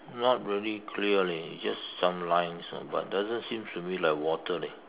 not really clear leh it's just some lines ah but doesn't seem to be like water leh